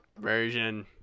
Version